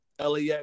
LAX